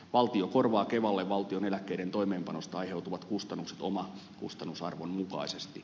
valtio korvaa kevalle valtion eläkkeiden toimeenpanosta aiheutuvat kustannukset omakustannusarvon mukaisesti